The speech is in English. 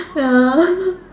ya